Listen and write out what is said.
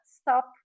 stop